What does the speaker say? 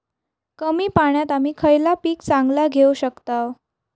कमी पाण्यात आम्ही खयला पीक चांगला घेव शकताव?